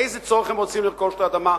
לאיזה צורך הם רוצים לרכוש את האדמה,